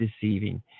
deceiving